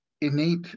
innate